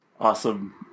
awesome